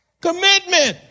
Commitment